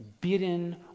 bidden